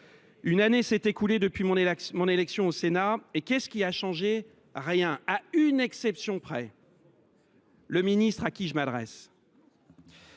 Une année s’est écoulée depuis mon élection au Sénat et qu’est ce qui a changé ? Rien, disais je, à une exception près : le ministre auquel je m’adresse